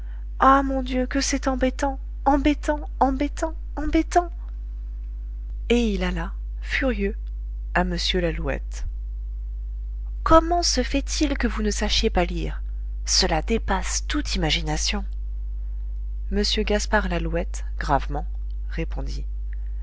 ah mon dieu que c'est embêtant embêtant embêtant embêtant et il alla furieux à m lalouette comment se fait-il que vous ne sachiez pas lire cela dépasse toute imagination m gaspard lalouette gravement répondit